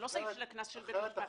זה לא סעיף של הקנס של בית המשפט.